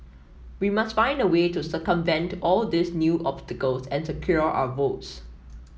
we must find a way to circumvent all these new obstacles and secure our votes